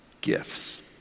gifts